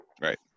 right